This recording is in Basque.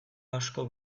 asko